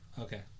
Okay